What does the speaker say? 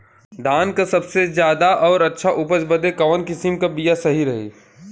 धान क सबसे ज्यादा और अच्छा उपज बदे कवन किसीम क बिया सही रही?